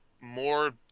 more